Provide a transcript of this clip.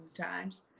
times